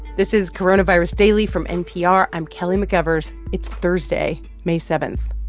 this is coronavirus daily from npr. i'm kelly mcevers. it's thursday, may seven